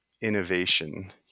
innovation